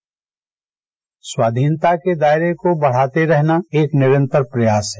bite स्वाधीनता के दायरे को बढ़ाते रहना एक निरन्तर प्रयास है